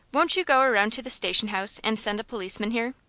won't you go around to the station-house and send a policeman here?